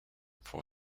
for